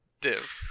div